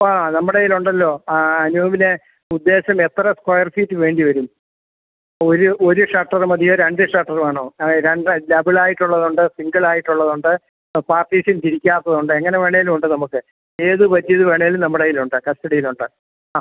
ആ നമ്മുടെ കയ്യിലുണ്ടല്ലോ ആ അനൂപിന് ഉദ്ദേശം എത്ര സ്ക്വയർഫീറ്റ് വേണ്ടി വരും ഒരു ഒരു ഷട്ടറ് മതിയോ രണ്ട് ഷട്ടറ് വേണോ ആ രണ്ട് ഡബിളായിട്ടുള്ളതുണ്ട് സിംഗിളായിട്ടുള്ളതുണ്ട് ആ പാർട്ടീഷൻ തിരിക്കാത്തതുണ്ട് എങ്ങനെ വേണേലും ഉണ്ട് നമുക്ക് ഏത് പറ്റിയത് വേണേലും നമ്മുടെ കയ്യിലുണ്ട് കസ്റ്റഡിയിലുണ്ട് ആ